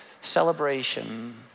celebration